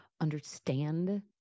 Understand